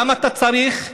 למה אתה צריך לבוא,